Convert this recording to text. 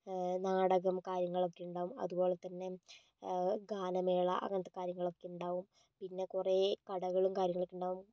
നാടകം കാര്യങ്ങളൊക്കെ ഉണ്ടാകും അതുപോലെ തന്നെ ഗാനമേള അങ്ങനത്തെ കാര്യങ്ങളൊക്കെയുണ്ടാകും പിന്നെ കുറേ കടകളും കാര്യങ്ങളൊക്കെയുണ്ടാകും